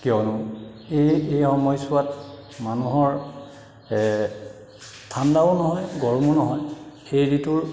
কিয়নো এই এই সময়চোৱাত মানুহৰ ঠাণ্ডাও নহয় গৰমো নহয় এই ঋতুৰ